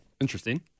Interesting